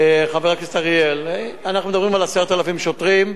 חבר הכנסת אריאל, אנחנו מדברים על 10,000 שוטרים,